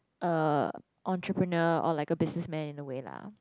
uh entrepreneur or like a businessman in a way lah